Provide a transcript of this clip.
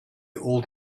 old